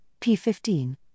P15